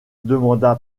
demanda